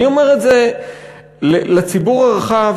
אני אומר את זה לציבור הרחב,